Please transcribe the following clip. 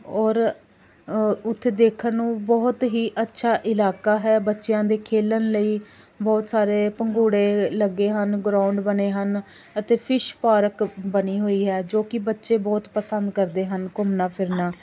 ਔਰ ਉੱਥੇ ਦੇਖਣ ਨੂੰ ਬਹੁਤ ਹੀ ਅੱਛਾ ਇਲਾਕਾ ਹੈ ਬੱਚਿਆਂ ਦੇ ਖੇਡਣ ਲਈ ਬਹੁਤ ਸਾਰੇ ਪੰਘੂੜੇ ਲੱਗੇ ਹਨ ਗਰਾਊਂਡ ਬਣੇ ਹਨ ਅਤੇ ਫਿਸ਼ ਪਾਰਕ ਬਣੀ ਹੋਈ ਹੈ ਜੋ ਕਿ ਬੱਚੇ ਬਹੁਤ ਪਸੰਦ ਕਰਦੇ ਹਨ ਘੁੰਮਣਾ ਫਿਰਨਾ